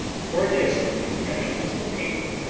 pour this into ramekins of paper,